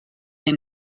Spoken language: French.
est